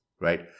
right